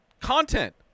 content